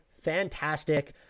fantastic